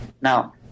Now